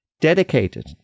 dedicated